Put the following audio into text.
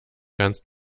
kannst